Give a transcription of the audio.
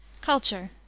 Culture